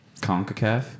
CONCACAF